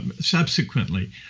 subsequently